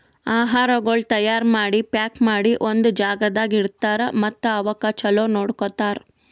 ಆಹಾರಗೊಳ್ ತೈಯಾರ್ ಮಾಡಿ, ಪ್ಯಾಕ್ ಮಾಡಿ ಒಂದ್ ಜಾಗದಾಗ್ ಇಡ್ತಾರ್ ಮತ್ತ ಅವುಕ್ ಚಲೋ ನೋಡ್ಕೋತಾರ್